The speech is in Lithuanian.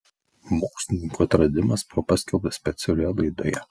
mokslininkų atradimas buvo paskelbtas specialioje laidoje